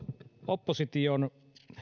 opposition